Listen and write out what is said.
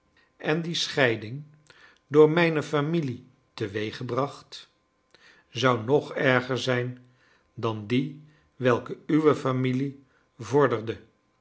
en die scheiding door mijne familie teweeggebracht zou nog erger zijn dan die welke uwe familie vorderde